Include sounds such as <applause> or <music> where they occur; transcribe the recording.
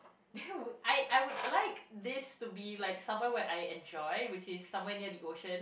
<laughs> I I would like this to be like somewhere where I enjoy which is somewhere near the ocean